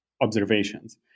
observations